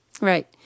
Right